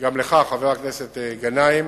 גם לך, חבר הכנסת גנאים,